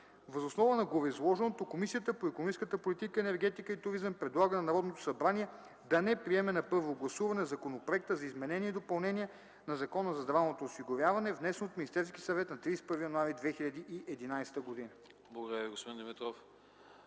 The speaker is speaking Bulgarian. Въз основа на гореизложеното Комисията по икономическата политика, енергетика и туризъм предлага на Народното събрание да не приеме на първо гласуване Законопроект за изменение и допълнение на Закона за здравното осигуряване, № 102-01-6, внесен от Министерския съвет на 31 януари 2011 г.”